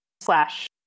Slash